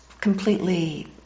completely